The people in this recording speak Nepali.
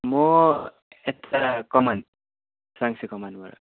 म यता कमान साङ्से कमानबाट